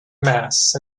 mass